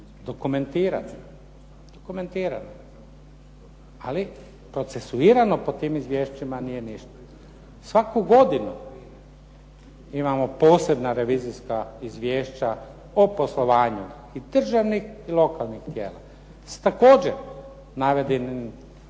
dokumentirano. Ali procesuirano po tim izvješćima nije ništa. Svaku godinu imamo posebna revizijska izvješća o poslovanju i državnih i lokalnih tijela. Također, navedenim